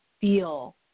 feel